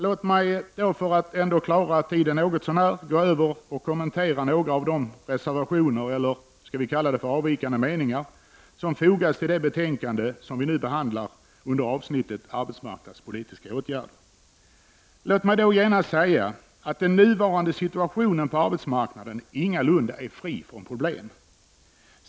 Låt mig då för att spara tid gå över till och kommentera några av de avvikande meningar som antecknats i det betänkande som vi nu behandlar under avsnittet arbetsmarknadspolitiska åtgärder. Låt mig då genast säga att den nuvarande situationen på arbetsmarknaden ingalunda är fri från problem.